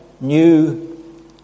new